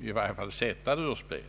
i varje fall håller på att sättas ur spel.